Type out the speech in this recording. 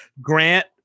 Grant